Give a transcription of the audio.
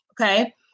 okay